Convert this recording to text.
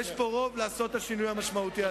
יש פה רוב לעשות את השינוי המשמעותי הזה.